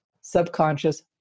subconscious